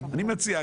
אני מציע.